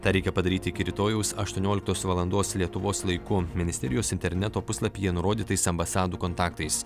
tą reikia padaryti iki rytojaus aštuonioliktos valandos lietuvos laiku ministerijos interneto puslapyje nurodytais ambasadų kontaktais